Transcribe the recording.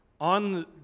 on